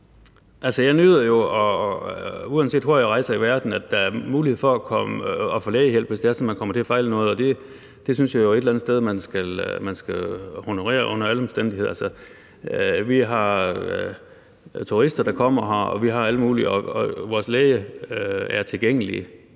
Jeg nyder jo, uanset hvor jeg rejser i verden, at der er mulighed for at få lægehjælp, hvis det er sådan, at man kommer til at fejle noget, og det synes jeg jo man under alle omstændigheder skal honorere. Vi har turister, der kommer her, og vores læger er tilgængelige.